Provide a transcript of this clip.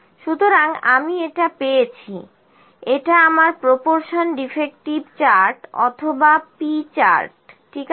সুতরাং আমি এটা পেয়েছি এটা আমার প্রপরশন ডিফেক্টিভ চার্ট অথবা P চার্ট ঠিক আছে